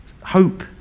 hope